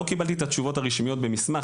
לא קיבלתי את התשובות הרשמיות במסמך,